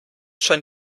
schon